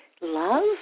love